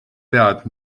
pead